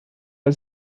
als